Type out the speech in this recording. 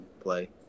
play